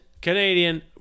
Canadian